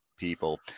People